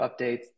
updates